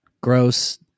gross